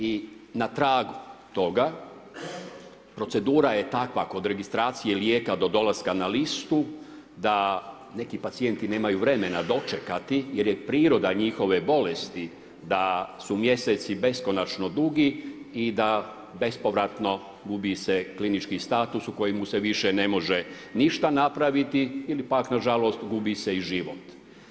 I na tragu toga procedura je takva kod registracije lijeka do dolaska na listu da neki pacijenti nemaju vremena dočekati jer je priroda njihove bolesti da su mjeseci beskonačno dugi i da bespovratno gubi se klinički status u kojemu se više ne može ništa napraviti ili pak nažalost gubi se i život.